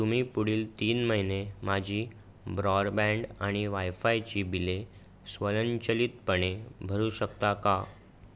तुम्ही पुढील तीन महिने माझी ब्रॉडबँड आणि वायफायची बिले स्वयंचलितपणे भरू शकता का